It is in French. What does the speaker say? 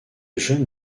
jeune